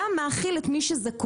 גם מאכיל את מי שזקוק,